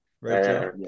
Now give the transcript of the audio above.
Right